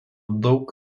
daug